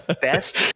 best